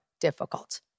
difficult